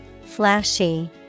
flashy